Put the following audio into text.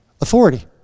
authority